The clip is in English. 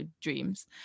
dreams